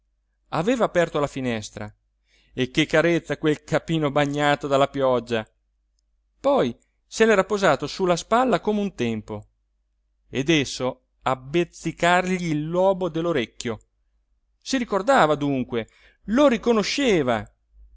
aveva aperto la finestra e che carezze a quel capino bagnato dalla pioggia poi se l'era posato su la spalla come un tempo ed esso a bezzicargli il lobo dell'orecchio si ricordava dunque lo riconosceva